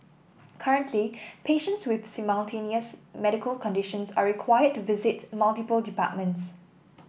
currently patients with simultaneous medical conditions are required to visit multiple departments